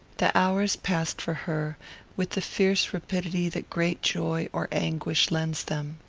the hours passed for her with the fierce rapidity that great joy or anguish lends them.